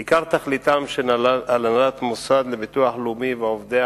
עיקר תכליתם של הנהלת המוסד לביטוח לאומי ועובדיו